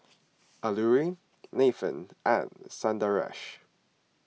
Alluri Nathan and Sundaresh